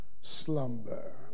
slumber